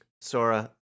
Sora